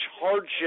hardship